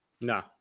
No